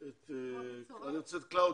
קלאודיה.